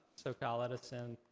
socal edison,